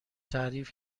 تعریف